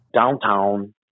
Downtown